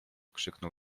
krzyknął